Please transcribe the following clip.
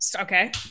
okay